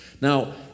Now